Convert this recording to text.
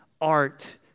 art